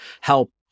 help